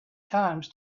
times